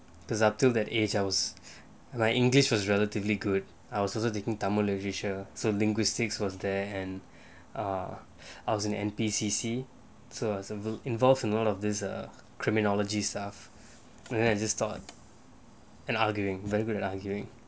because until that age I was my english was relatively good I was also taking tamil literature so linguistics was there and uh I was in N_P_C_C so I was involved in all of this err criminology stuff and then I just thought and arguing very good at arguing